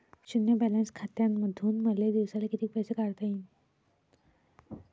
शुन्य बॅलन्स खात्यामंधून मले दिवसाले कितीक पैसे काढता येईन?